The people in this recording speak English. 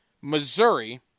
Missouri